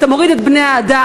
אתה מוריד את בני-האדם.